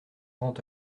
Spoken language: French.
grand